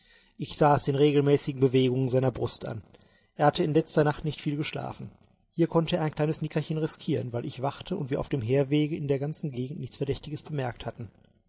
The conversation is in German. ich sah es den regelmäßigen bewegungen seiner brust an er hatte in letzter nacht nicht viel geschlafen hier konnte er ein kleines nickerchen riskieren weil ich wachte und wir auf dem herwege in der ganzen gegend nichts verdächtiges bemerkt hatten